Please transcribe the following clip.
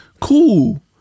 cool